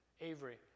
Avery